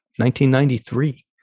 1993